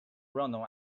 random